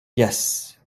jes